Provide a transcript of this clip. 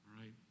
right